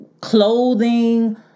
clothing